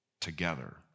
together